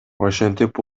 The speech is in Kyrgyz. ошентип